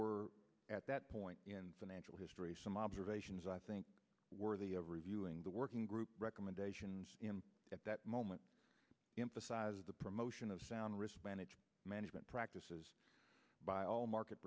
were at that point in financial history some observations i think worthy of reviewing the working group recommendations at that moment emphasize the promotion of sound risk management management practices by all market